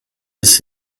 des